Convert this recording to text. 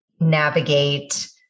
navigate